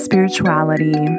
Spirituality